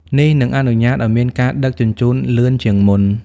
នេះនឹងអនុញ្ញាតឱ្យមានការដឹកជញ្ជូនលឿនជាងមុន។